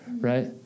right